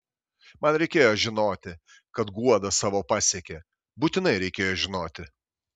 man reikėjo žinoti kad guoda savo pasiekė būtinai reikėjo žinoti